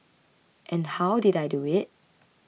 and how did I do it